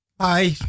Hi